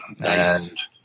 Nice